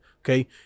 okay